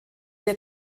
der